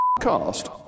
cast